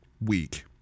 week